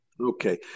Okay